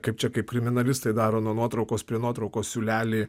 kaip čia kaip kriminalistai daro nuotraukos prie nuotraukos siūlelį